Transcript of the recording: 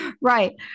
Right